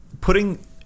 putting